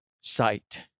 sight